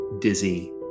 dizzy